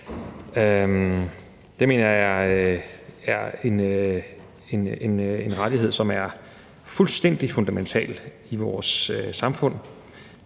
Det mener jeg er en rettighed, som er fuldstændig fundamental i vores samfund,